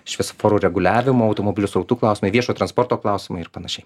šviesoforų reguliavimų automobilių srautų klausimai viešojo transporto klausimai ir panašiai